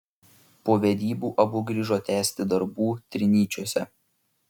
po vedybų abu grįžo tęsti darbų trinyčiuose